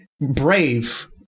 Brave